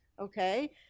okay